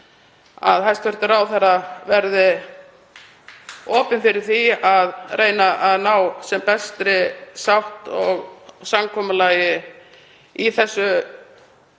að hæstv. ráðherra verði opinn fyrir því að reyna að ná sem bestri sátt og samkomulagi í þessu